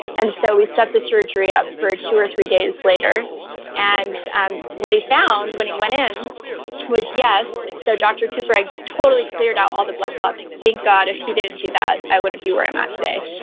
and so we set the surgery up for two or three days later and and what he found when he went in was yes, so dr. cooper had totally cleared out all the blood clots. thank god if he didn't do that, i wouldn't be where i'm at today.